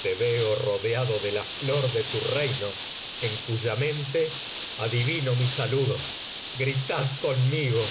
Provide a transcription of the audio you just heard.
te veo rodeado de la flor de tu reino en cuya mente adivino mi saludo gritad commigo